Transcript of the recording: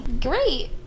Great